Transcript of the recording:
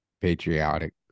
patriotic